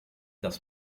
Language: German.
dass